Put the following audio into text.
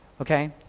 Okay